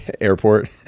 Airport